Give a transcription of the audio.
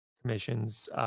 Commission's